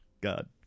god